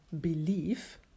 belief